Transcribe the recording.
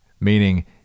Meaning